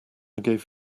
gave